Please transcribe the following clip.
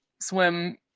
swim